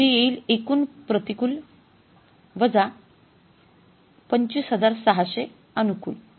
जे येईल एकूण प्रतिकूल वजा २५६०० अनुकूल